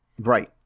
Right